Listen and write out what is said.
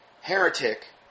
heretic